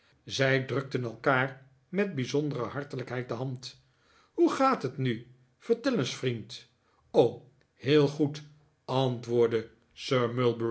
zij drukten elkaar met bijzondere hartelijkheid de hand hoe gaat het nu vertel eens vriend heel goed antwoordde